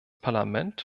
parlament